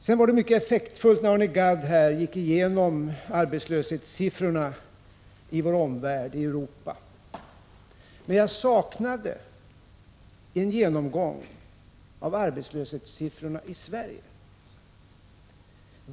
Det var mycket effektfullt när Arne Gadd gick igenom arbetslöshetssiffrorna i vår omvärld, i Europa. Men jag saknade en genomgång av arbetslöshetsiffrorna i Sverige.